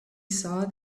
saw